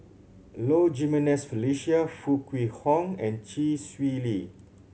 Low Jimenez Felicia Foo Kwee Horng and Chee Swee Lee